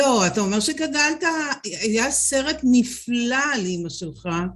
לא, אתה אומר שגדלת... היה סרט נפלא על אמא שלך.